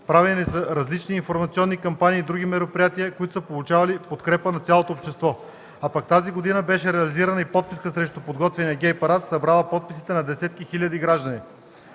Правени са различни информационни кампании и други мероприятия, които са получавали подкрепа на цялото общество, а пък тази година беше реализирана и подписка срещу подготвяния гей парад, събрала подписите на десетки хиляди граждани.